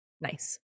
nice